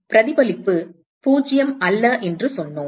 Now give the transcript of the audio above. எனவே பிரதிபலிப்பு 0 அல்ல என்று சொன்னோம்